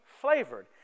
flavored